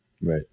Right